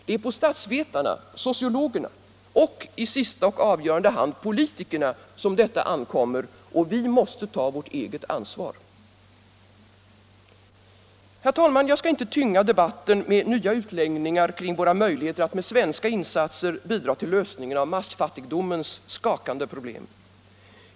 Det är på statsvetarna, sociologerna och, i sista och avgörande hand, politikerna som detta ankommer, och vi måste ta vårt eget ansvar. Herr talman! Jag skall inte tynga debatten med nya utläggningar kring våra möjligheter att med svenska insatser bidra till lösningen av massfattigdomens skakande problem.